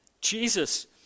Jesus